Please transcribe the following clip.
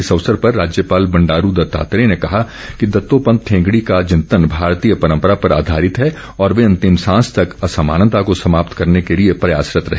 इस अवसर पर राज्यपाल बंडारू दत्तात्रेय ने कहा कि दत्तोपंत ठेंगड़ी का चिंतन भारतीय परम्परा पर आधारित है और वे अंतिम सांस तक असमानता को समाप्त करने के लिए प्रयासरत्त रहे